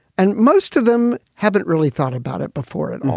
and most of them haven't really thought about it before it. ah